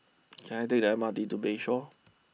can I take the M R T to Bayshore